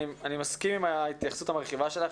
אני מסכים עם ההתייחסות המרחיבה שלך,